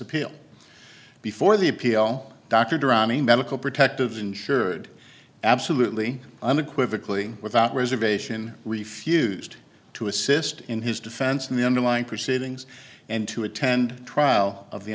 appeal before the appeal dr dromi medical protective insured absolutely unequivocally without reservation refused to assist in his defense in the underlying proceedings and to attend a trial of the